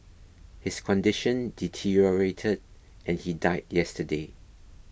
his condition deteriorated and he died yesterday